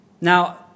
Now